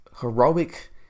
heroic